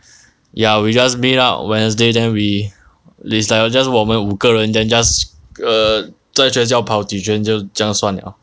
ya we just meet up wednesday then we is like just 我们五个人 then just err 在学校跑几圈就这样算了